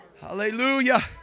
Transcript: Hallelujah